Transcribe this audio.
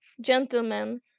Gentlemen